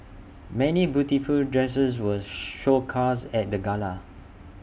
many beautiful dresses were showcased at the gala